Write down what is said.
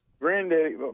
Granddaddy